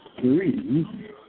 three